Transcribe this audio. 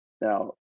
Now